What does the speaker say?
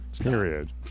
Period